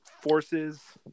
forces